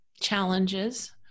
challenges